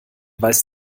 weiß